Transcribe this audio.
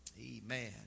Amen